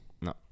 No